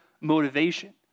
motivation